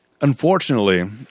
Unfortunately